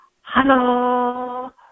Hello